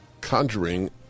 conjuring